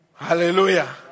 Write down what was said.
Hallelujah